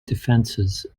defences